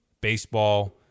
baseball